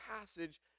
passage